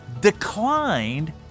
declined